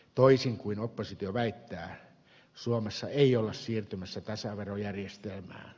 toisin kuin oppositio väittää suomessa ei olla siirtymässä tasaverojärjestelmää